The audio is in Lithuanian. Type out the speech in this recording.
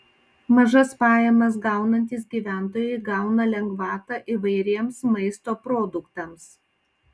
mažas pajamas gaunantys gyventojai gauna lengvatą įvairiems maisto produktams